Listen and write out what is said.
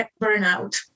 burnout